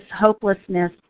hopelessness